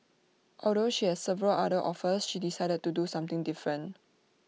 although she had several other offers she decided to do something different